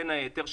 בין היתר,